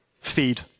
feed